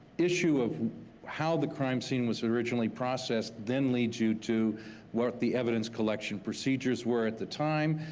issue of how the crime scene was originally processed then leads you to what the evidence collection procedures were at the time,